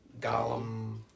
Gollum